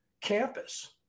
campus